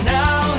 now